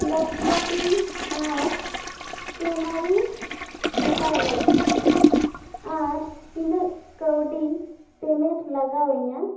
laptop ᱤᱧ ᱟᱨ scanner ᱤᱧ ᱦᱟᱛᱟᱣ ᱞᱟ ᱜᱤᱫ ᱟᱨ ᱛᱤᱱᱟᱹᱜ ᱠᱟ ᱣᱰᱤ ᱯᱮᱢᱮᱴ ᱞᱟᱜᱟᱣ ᱟ ᱧᱟ